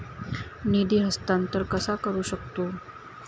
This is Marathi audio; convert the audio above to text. निधी हस्तांतर कसा करू शकतू?